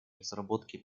разработки